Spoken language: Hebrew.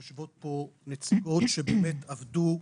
יושבות פה נציגות שעבדו,